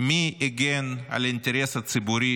מי יגן על האינטרס הציבורי